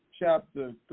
chapter